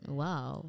wow